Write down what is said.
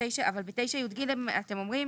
אבל ב-9יג אתם אומרים